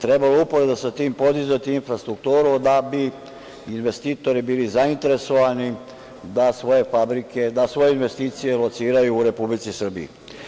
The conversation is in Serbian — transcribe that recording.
Trebalo je uporedo sa tim podizati i infrastrukturu, da bi investitori bili zainteresovani da svoje investicije lociraju u Republici Srbiji.